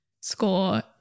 score